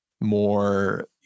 more